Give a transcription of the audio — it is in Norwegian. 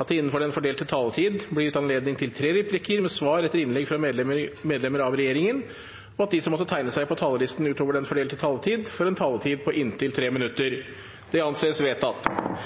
at det – innenfor den fordelte taletid – blir gitt anledning til tre replikker med svar etter innlegg fra medlemmer av regjeringen, og at de som måtte tegne seg på talerlisten utover den fordelte taletid, får en taletid på inntil 3 minutter. – Det anses vedtatt.